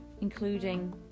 including